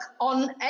on